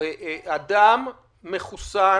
אדם מחוסן